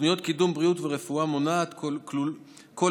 תוכניות קידום בריאות ורפואה מונעת כוללות